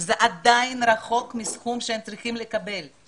זה עדיין רחוק מהסכום שהם צריכים לקבל.